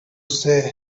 say